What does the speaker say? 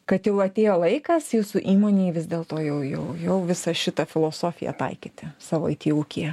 kad jau atėjo laikas jūsų įmonėj vis dėlto jau jau jau visą šitą filosofiją taikyti savo it ūkyje